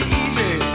easy